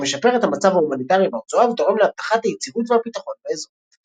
שמשפר את המצב ההומניטרי ברצועה ותורם להבטחת היציבות והביטחון באזור.